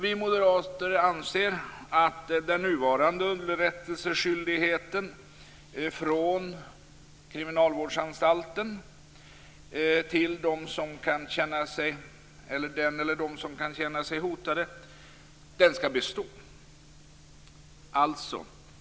Vi moderater anser att den nuvarande underrättelseskyldigheten från kriminalvårdsanstalten till den eller dem som kan känna sig hotade skall bestå.